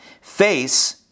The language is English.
face